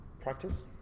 practice